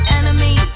enemy